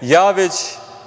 ja, već